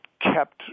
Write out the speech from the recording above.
kept